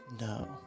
No